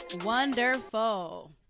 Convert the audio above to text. Wonderful